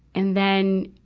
and then,